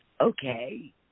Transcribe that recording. Okay